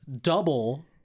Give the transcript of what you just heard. double